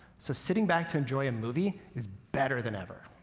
so sitting back to enjoy a movie is better than ever.